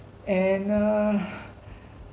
and err